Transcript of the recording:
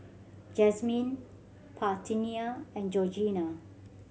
Jazmine Parthenia and Georgina